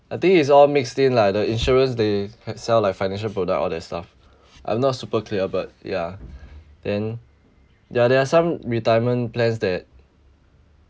I think it's all mixed in lah the insurance they have sell like financial product all that stuff I'm not super clear but yeah then yeah there are some retirement plans that